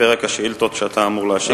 פרק השאילתות שאתה אמור להשיב עליהן.